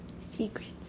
secrets